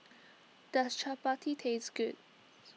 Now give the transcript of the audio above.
does Chapati taste good